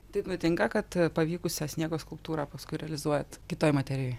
taip nutinka kad pavykusią sniego skulptūrą paskui realizuojat kitoj materijoj